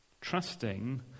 Trusting